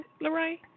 Lorraine